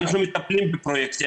אנחנו מטפלים בפרויקטים,